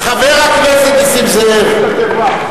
חבר הכנסת נסים זאב.